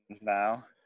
now